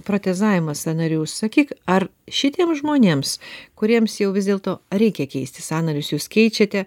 protezavimas sąnarių sakyk ar šitiems žmonėms kuriems jau vis dėlto reikia keisti sąnarius jūs keičiate